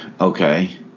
Okay